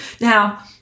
Now